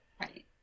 right